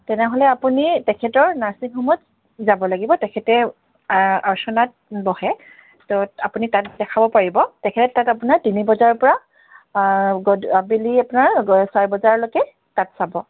তেনেহ'লে আপুনি তেখেতৰ নাৰ্ছিং হোমত যাব লাগিব তেখেতে অৰ্চনাত বহে ত' আপুনি তাত দেখাব পাৰিব তেখেতে তাত আপোনাৰ তিনি বজাৰপৰা গদ আবেলি আপোনাৰ ছয় বজাৰলৈকে তাত চাব